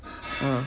!huh!